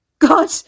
God